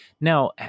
Now